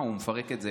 הוא מפרק את זה,